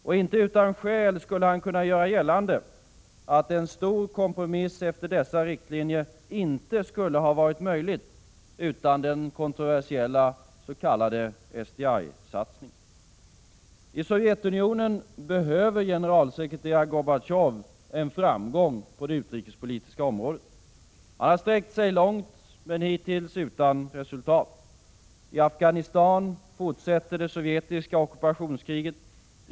Och inte utan skäl skulle han kunna göra gällande att en stor kompromiss efter dessa riktlinjer inte skulle ha varit möjlig utan den kontroversiella s.k. SDI-satsningen. I Sovjetunionen behöver generalsekreterare Gorbatjov en framgång på det utrikespolitiska området. Han har sträckt sig långt, men hittills utan resultat. I Afghanistan fortsätter det sovjetiska ockupationskriget.